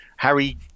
Harry